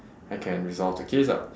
I can resolve the case lah